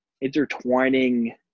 intertwining